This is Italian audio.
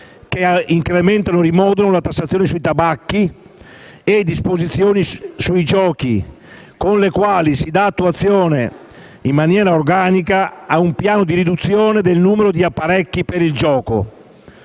che incrementano e rimodulano la tassazione sui tabacchi e le disposizioni sui giochi, con le quali si dà attuazione in maniera organica al piano di riduzione del numero degli apparecchi per il gioco.